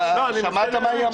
אתה שמעת מה היא אמרה?